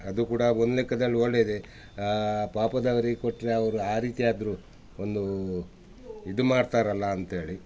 ಅದೂ ಕೂಡ ಒಂದು ಲೆಕ್ಕದಲ್ಲಿ ಒಳ್ಳೆಯದೆ ಪಾಪದವ್ರಿಗೆ ಕೊಟ್ಟರೆ ಅವರು ಆ ರೀತಿಯಾದ್ರೂ ಒಂದು ಇದು ಮಾಡ್ತಾರಲ್ಲ ಅಂತೇಳಿ